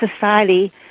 society